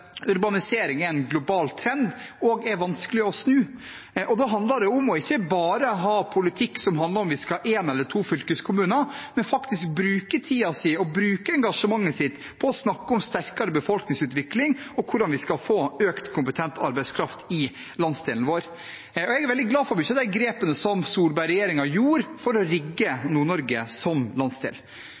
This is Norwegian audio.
urbanisering, er en global trend og er vanskelig å snu. Og da handler det om å ikke bare ha politikk som dreier seg om vi skal ha én eller to fylkeskommuner, men faktisk å bruke tiden og engasjementet på å snakke om sterkere befolkningsutvikling og hvordan vi skal få økt kompetent arbeidskraft i landsdelen vår. Jeg er veldig glad for mange av de grepene som Solberg-regjeringen tok for å rigge Nord-Norge som landsdel